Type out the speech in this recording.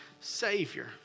Savior